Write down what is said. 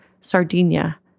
Sardinia